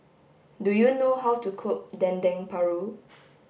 do you know how to cook Dendeng Paru